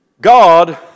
God